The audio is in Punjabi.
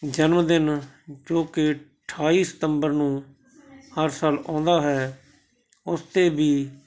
ਜਨਮ ਦਿਨ ਜੋ ਕਿ ਅਠਾਈ ਸਤੰਬਰ ਨੂੰ ਹਰ ਸਾਲ ਆਉਂਦਾ ਹੈ ਉਸ 'ਤੇ ਵੀ